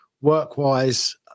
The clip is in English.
work-wise